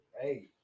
Hey